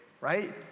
right